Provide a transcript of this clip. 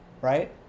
right